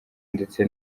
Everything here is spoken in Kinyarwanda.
ndetse